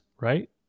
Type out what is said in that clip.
right